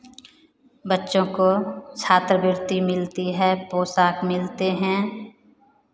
बच्चों को छात्रवृत्ति मिलती है पोशाक मिलते हैं